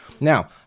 Now